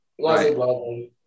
Right